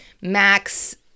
Max